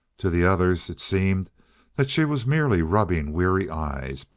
to the others it seemed that she was merely rubbing weary eyes.